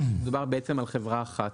שמדובר בעצם על חברה אחת.